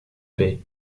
bay